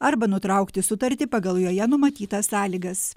arba nutraukti sutartį pagal joje numatytas sąlygas